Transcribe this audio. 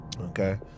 Okay